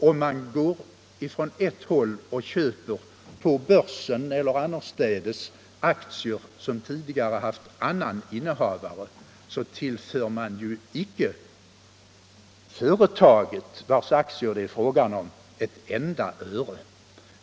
Om man från ett håll köper aktier på börsen eller annorstädes, vilka tidigare har haft annan innehavare, så tillför man ju inte företaget vars aktier det är fråga om ett enda öre.